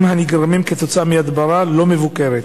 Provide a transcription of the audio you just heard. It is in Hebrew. הנגרמים כתוצאה מהדברה לא מבוקרת.